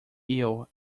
ill